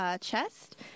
chest